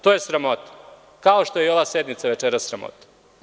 To je sramota, kao što je i ova sednica večeras sramota.